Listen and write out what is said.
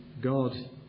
God